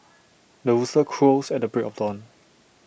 the rooster crows at the break of dawn